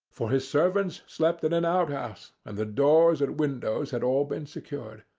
for his servants slept in an outhouse, and the doors and windows had all been secured.